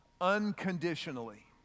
unconditionally